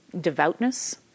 devoutness